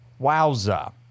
Wowza